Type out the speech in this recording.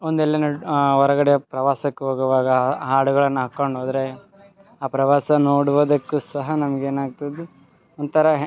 ಒಂದೆಲ್ಲಿ ನೆಡು ಹೊರಗಡೆ ಪ್ರವಾಸಕ್ಕೆ ಹೋಗೋವಾಗ ಹಾಡುಗಳನ್ನು ಹಾಕೊಂಡ್ ಹೋದ್ರೆ ಆ ಪ್ರವಾಸ ನೋಡುವುದಕ್ಕು ಸಹ ನಮ್ಗೆ ಏನಾಗ್ತದೆ ಒಂಥರ ಹೇ